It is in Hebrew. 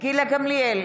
גילה גמליאל,